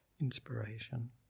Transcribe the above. inspiration